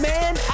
Man